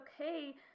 okay